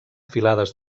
filades